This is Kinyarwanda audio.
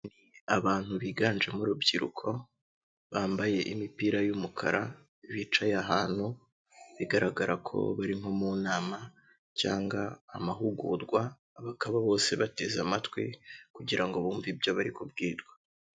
Ni abantu biganjemo urubyiruko bambaye imipira y'umukara, bicaye ahantu bigaragara ko bari nko mu nama cyangwa amahugurwa, abangaba bose bateze amatwi kugira ngo bumve ibyo bari kubwirwa.